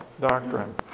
doctrine